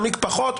יעמיק פחות,